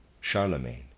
Charlemagne